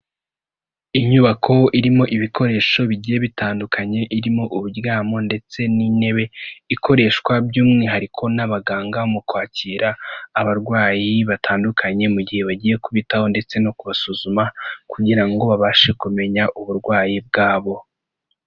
Inyubako irimo ibikoresho bigiye bitandukanye, irimo uburyamo ndetse n'intebe ikoreshwa by'umwihariko n'abaganga mu kwakira abarwayi batandukanye mu gihe bagiye kubitaho ndetse no kubasuzuma kugira ngo babashe kumenya uburwayi bwabo.